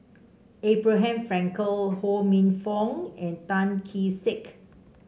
Abraham Frankel Ho Minfong and Tan Kee Sek